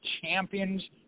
champions